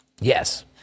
Yes